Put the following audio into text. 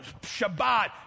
Shabbat